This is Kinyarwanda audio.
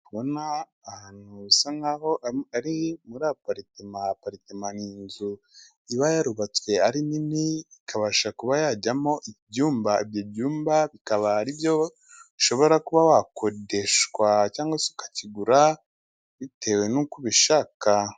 Ndi kubona ahantu bisa nkaho ari muri apariteme, apariteme ni inzu iba yarubatswe ari nini, ikabasha kuba yajyamo ibyumba, ibyo byumba bikaba ari byo ushobora kuba wakodeshwa cyangwa se ukakigura, bitewe n'uko ubishaka.